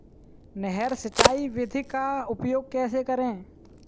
नहर सिंचाई विधि का उपयोग कैसे करें?